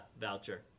voucher